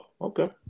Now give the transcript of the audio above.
okay